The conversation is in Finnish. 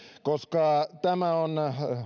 koska tämä on